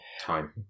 time